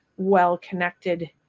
well-connected